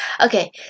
Okay